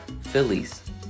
Phillies